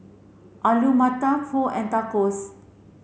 Alu Matar Pho and Tacos